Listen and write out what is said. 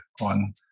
on